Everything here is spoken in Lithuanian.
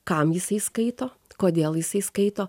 kam jisai skaito kodėl jisai skaito